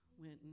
went